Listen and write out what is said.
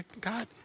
God